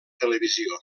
televisió